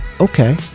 okay